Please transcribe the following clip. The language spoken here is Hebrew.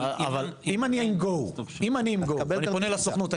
אבל אם אני עם GO ואני פונה לסוכנות,